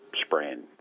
spraying